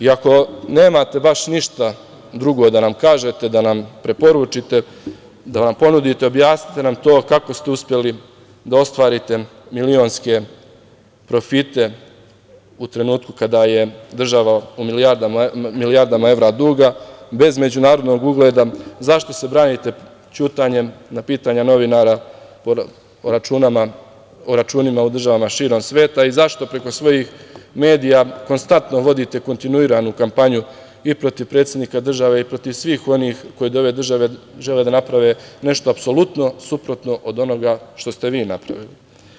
Ako nemate baš ništa drugo da nam kažete, da nam preporučite, da nam ponudite, objasnite nam to kako ste uspeli da ostvarite milionske profite u trenutku kada je država u milijardama evra duga bez međunarodnog ugleda, zašto se branite ćutanjem na pitanja novinara o računima u državama širom sveta i zašto preko svojih medija konstantno vodite kontinuiranu kampanju, i protiv predsednika države i protiv svih onih koji od ove države žele da naprave nešto apsolutno suprotno od onoga što ste vi napravili?